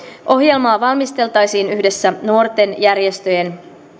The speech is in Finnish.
ohjelmaa valmisteltaisiin yhdessä nuorten järjestöjen